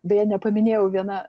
beje nepaminėjau viena